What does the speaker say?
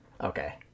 Okay